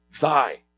thy